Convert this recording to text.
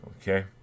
Okay